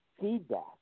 feedback